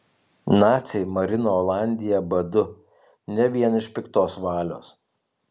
naciai marino olandiją badu ne vien iš piktos valios